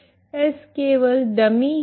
s केवल dummy है